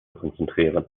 konzentrieren